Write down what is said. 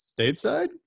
stateside